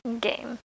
game